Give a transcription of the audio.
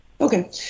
Okay